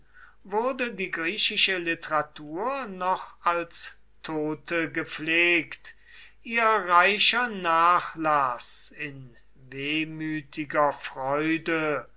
wurde die griechische literatur noch als tote gepflegt ihr reicher nachlaß in wehmütiger freude